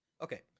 okay